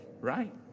right